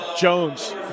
Jones